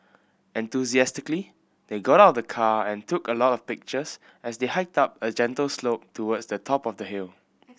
enthusiastically they got out of the car and took a lot of pictures as they hiked up a gentle slope towards the top of the hill